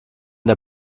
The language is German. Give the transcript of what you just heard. der